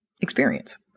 experience